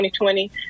2020